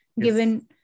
given